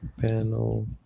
panel